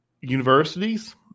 universities